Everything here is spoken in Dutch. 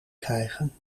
krijgen